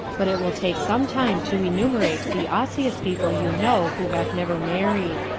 but it will take some time to enumerate the osseous people you know who have never married.